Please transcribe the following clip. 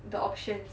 the options